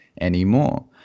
anymore